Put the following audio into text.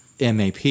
MAP